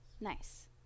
Nice